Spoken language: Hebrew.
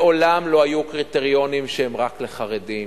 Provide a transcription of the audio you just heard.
מעולם לא היו קריטריונים שהם רק לחרדים.